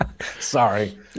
sorry